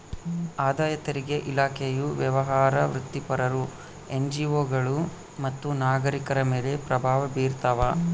ಆದಾಯ ತೆರಿಗೆ ಇಲಾಖೆಯು ವ್ಯವಹಾರ ವೃತ್ತಿಪರರು ಎನ್ಜಿಒಗಳು ಮತ್ತು ನಾಗರಿಕರ ಮೇಲೆ ಪ್ರಭಾವ ಬೀರ್ತಾವ